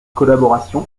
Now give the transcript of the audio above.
collaboration